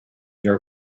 your